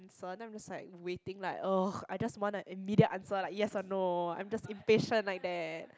so I'm just like waiting like !ugh! I just want a immediate answer like yes or no I'm just impatient like that